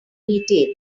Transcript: details